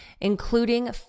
including